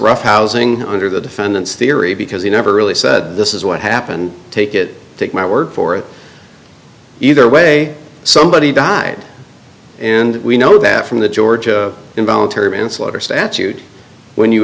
rough housing under the defendant's theory because you never really said this is what happened take it take my word for it either way somebody died and we know that from the georgia involuntary manslaughter statute when you